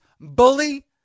Bully